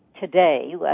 today